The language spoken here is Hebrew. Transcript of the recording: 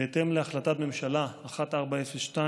בהתאם להחלטת ממשלה 1402,